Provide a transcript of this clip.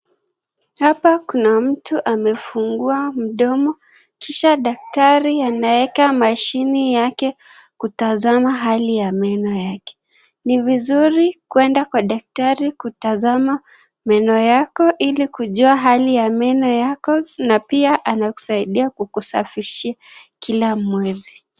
Hapa kuna mtu amefungua mdomo, kisha daktari anaweka mashini yake kutazama hali ya meno yake. Ni vizuri kuenda kwa daktari kutazama meno yako, ili kujua hali ya meno yako na pia anakusaidia kukusafishia kila mwezi.